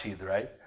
right